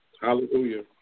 Hallelujah